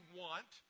want